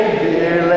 dear